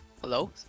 hello